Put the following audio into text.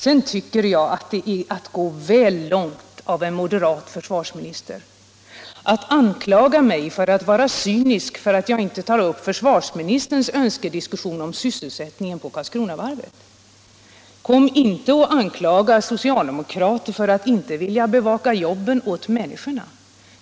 Vidare tycker jag att det är att gå väl långt av en moderat försvarsminister att anklaga mig för att vara cynisk om jag inte tar upp försvarsministerns önskediskussion om sysselsättningen på Karlskronavarvet. Kom inte och anklaga socialdemokrater för att inte vilja bevaka jobben åt människorna!